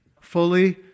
Fully